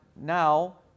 Now